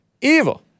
Evil